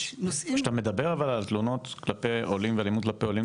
כשאתה מדבר על תלונות כלפי עולים ואלימות כלפי עולים,